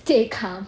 stay calm